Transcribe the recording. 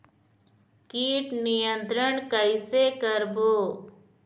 कीट नियंत्रण कइसे करबो?